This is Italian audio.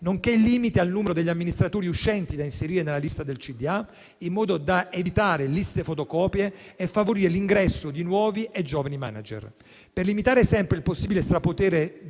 nonché il limite al numero degli amministratori uscenti da inserire nella lista del CDA in modo da evitare liste fotocopie e favorire l'ingresso di nuovi e giovani *manager*. Sempre per limitare il possibile strapotere del